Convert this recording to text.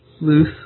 Loose